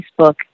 Facebook